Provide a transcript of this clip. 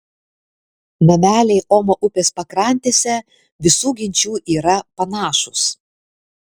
nameliai omo upės pakrantėse visų genčių yra panašūs